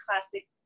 classic